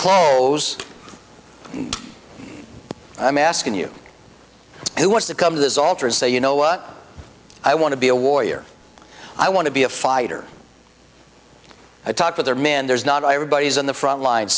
close i'm asking you who wants to come to this altar say you know what i want to be a warrior i want to be a fighter i talk with their man there's not everybody's in the front line